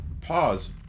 pause